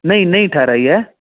नईं नईं ठाहिराई आहे